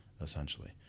essentially